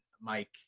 Mike